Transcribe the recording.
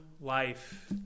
life